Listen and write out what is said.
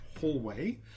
hallway